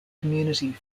community